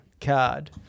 card